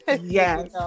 yes